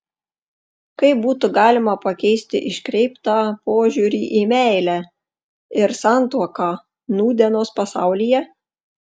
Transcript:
kaip būtų galima pakeisti iškreiptą požiūrį į meilę ir santuoką nūdienos pasaulyje